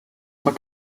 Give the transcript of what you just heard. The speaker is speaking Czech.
pak